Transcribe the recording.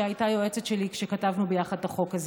שהייתה היועצת שלי כשכתבנו ביחד את החוק הזה.